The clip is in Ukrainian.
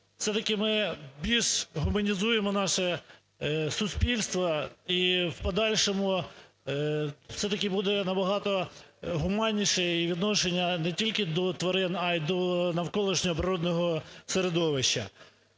ми більш гуманізуємо наше суспільство і в подальшому все-таки буде набагато гуманніше і відношення не тільки до тварин, а й до навколишнього природного середовища.